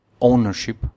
ownership